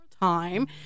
time